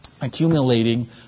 accumulating